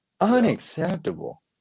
Unacceptable